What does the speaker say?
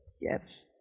Yes